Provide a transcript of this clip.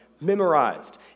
memorized